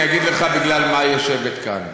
אני אגיד לך בגלל מה היא יושבת כאן.